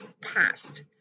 past